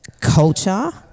culture